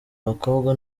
bakobwa